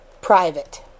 Private